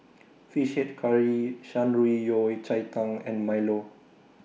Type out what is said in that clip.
Fish Head Curry Shan Rui Yao Cai Tang and Milo